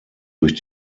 durch